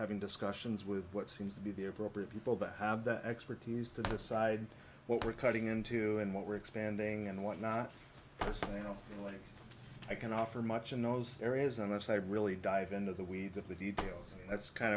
having discussions with what seems to be the appropriate people that have the expertise to decide what we're cutting into and what we're expanding and what not to say no way i can offer much in those areas unless i really dive into the weeds of the details and that's kind